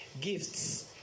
gifts